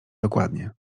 dokładnie